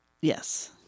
Yes